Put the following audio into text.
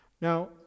Now